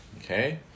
Okay